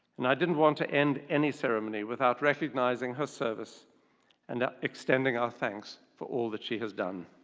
and i didn't want to end any ceremony without recognizing her service and extending our thanks for all that she has done.